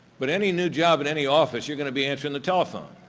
but any new job at any office, you're gonna be answering the telephone.